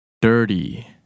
Dirty